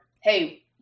Hey